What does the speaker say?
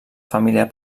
família